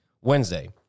Wednesday